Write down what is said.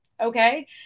Okay